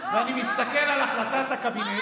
ואני מסתכל על החלטת הקבינט,